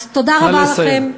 אז תודה רבה לכם.